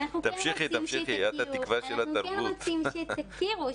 אנחנו כן רוצים שתכירו,